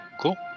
Cool